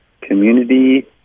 community